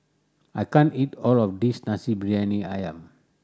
I can't eat all of this Nasi Briyani Ayam